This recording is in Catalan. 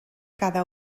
cada